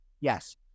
Yes